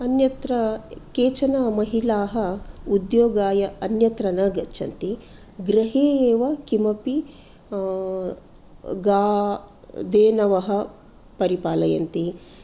अन्यत्र केचन महिलाः उद्योगाय अन्यत्र न गच्छन्ति गृहे एव किमपि गां धेनवः परिपालयन्ति